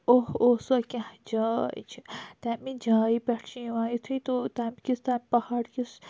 اوٚہ اوٚہ سۄ کیاہ جاے چھِ تمہِ جایہِ پٮ۪ٹھ چھِ یِوان تتھ تَمہِ کِس تَتھ پَہَاڑ کِس